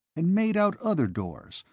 and made out other doors,